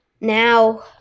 now